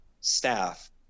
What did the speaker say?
staff